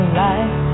life